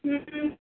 हॅं हॅं